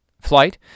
Flight